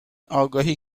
آگاهی